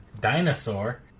Dinosaur